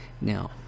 Now